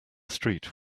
street